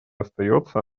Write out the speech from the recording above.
остается